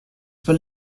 were